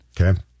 Okay